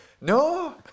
No